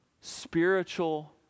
spiritual